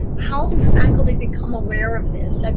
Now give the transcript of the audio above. how do faculty become aware of this? i mean